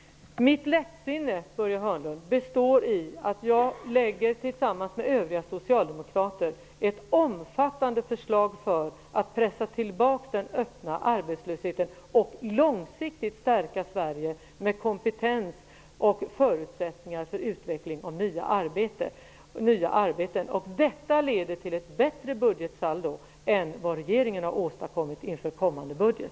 Mitt lättsinne, Börje Hörnlund, består i att jag tillsammans med övriga socialdemokrater lägger fram ett omfattande förslag för att pressa tillbaka den öppna arbetslösheten och långsiktigt stärka Sverige med kompetens och förutsättningar för utveckling och nya arbeten. Detta leder till ett bättre budgetsaldo än vad regeringen har åstadkommit inför kommande budget.